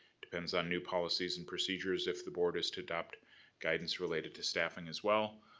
depends on new policies and procedures if the board is to adopt guidance related to staffing, as well.